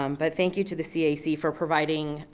um but thank you to the cac for providing,